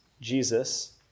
Jesus